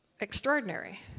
extraordinary